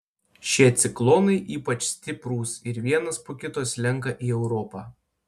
šie ciklonai ypač stiprūs ir vienas po kito slenka į europą